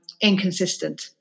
inconsistent